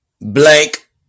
blank